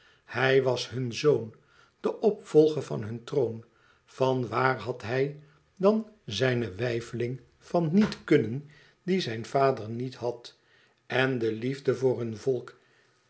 hij was hun zoon de opvolger op hun troon van waar had hij dan zijne weifeling van niet kunnen die zijn vader niet had en de liefde voor hun volk